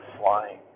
flying